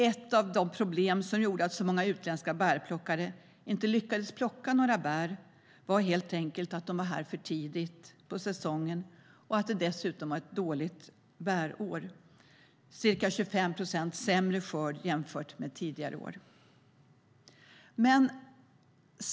Ett av de problem som gjorde att så många utländska bärplockare inte lyckades plocka några bär var helt enkelt att de var här för tidigt på säsongen och att det dessutom var ett dåligt bärår med ca 25 procent sämre skörd än tidigare år.